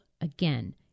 again